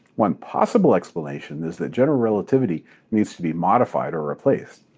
one possible explanation is that general relativity needs to be modified or replaced.